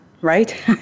right